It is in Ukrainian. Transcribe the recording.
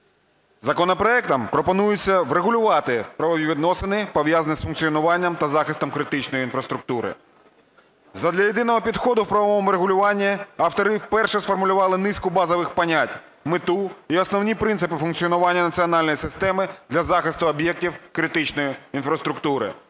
Законопроектом пропонується врегулювати правові відносини, пов'язані з функціонуванням та захистом критичної інфраструктури. Задля єдиного підходу в правовому регулюванні автори вперше сформулювали низку базових понять, мету і основні принципи функціонування національної системи для захисту об'єктів критичної інфраструктури.